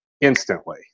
Instantly